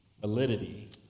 Validity